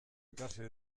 ikasi